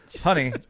honey